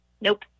Nope